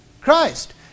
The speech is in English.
Christ